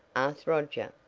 asked roger,